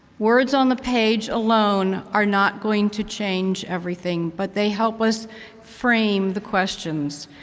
words on the page alone are not going to change everything, but they help us frame the questions,